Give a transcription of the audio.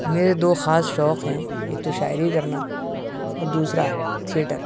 میرے دو خاص شوق ہیں ایک تو شاعری کرنا اور دوسرا تھیئٹر